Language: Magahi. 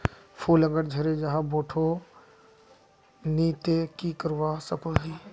फूल अगर झरे जहा बोठो नी ते की करवा सकोहो ही?